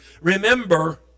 Remember